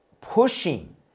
pushing